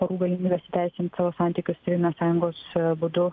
porų galimybės įteisint santykius civilinės sąjungos būdu